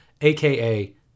aka